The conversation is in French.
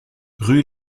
rue